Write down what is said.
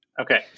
Okay